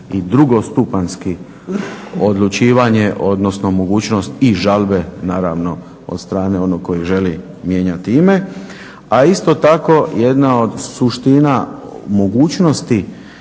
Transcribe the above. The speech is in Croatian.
i drugostupanjski odlučivanje, odnosno mogućnost i žalbe naravno od strane onog koji želi mijenjati ime. A isto tako jedna od suština mogućnosti